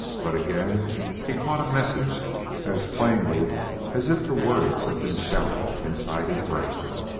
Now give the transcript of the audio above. but again he caught a message as plainly as if the words had been shouted inside his brain.